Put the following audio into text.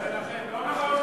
לא נכון.